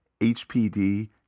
HPD